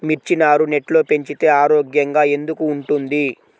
మిర్చి నారు నెట్లో పెంచితే ఆరోగ్యంగా ఎందుకు ఉంటుంది?